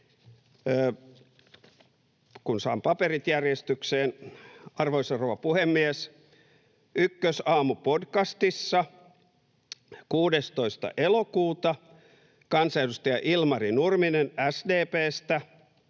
kun saan paperit järjestykseen: Arvoisa rouva puhemies! Ykkösaamu-podcastissa 16. elokuuta kansanedustaja Ilmari Nurminen SDP:stä